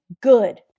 good